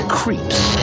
creeps